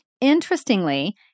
Interestingly